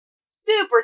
super